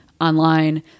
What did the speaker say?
online